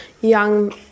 young